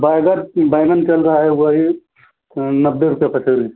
बैंगन बैंगन चल रहा है वही नब्बे रुपये पसेरी